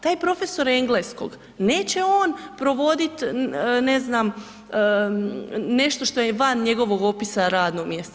Taj profesor engleskog, neće on provoditi, ne znam, nešto što je van njegovog opisa radnog mjesta.